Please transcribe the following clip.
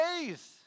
days